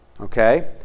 okay